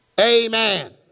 Amen